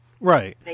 Right